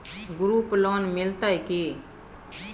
Group loan मिलतै की?